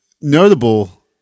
notable